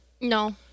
No